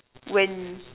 when